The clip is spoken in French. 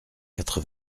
quatre